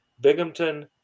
Binghamton